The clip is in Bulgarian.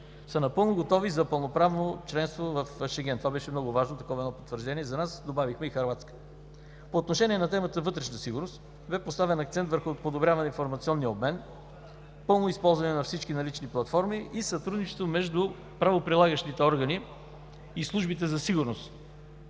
са напълно готови за пълноправно членство в Шенген. Това беше много важно потвърждение за нас, добавихме и Хърватска. По отношение на темата за вътрешната сигурност бе поставен акцент върху подобряване на информационния обмен, пълно използване на всички налични платформи и сътрудничество между правоприлагащите органи и службите за сигурност